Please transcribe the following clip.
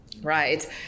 Right